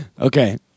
Okay